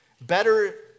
Better